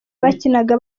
bakinaga